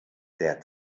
der